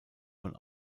von